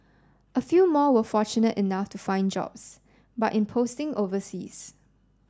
a few more were fortunate enough to find jobs but in posting overseas